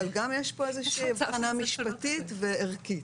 אבל גם יש כאן איזושהי הבחנה משפטית וערכית.